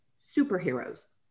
superheroes